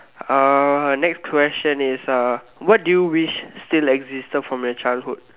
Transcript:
uh next question is uh what do you wish still existed from your childhood